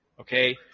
okay